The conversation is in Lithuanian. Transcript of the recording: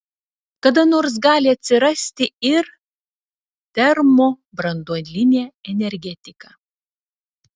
kada nors gali atsirasti ir termobranduolinė energetika